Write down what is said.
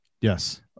Yes